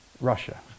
Russia